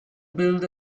build